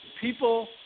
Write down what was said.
People